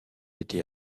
été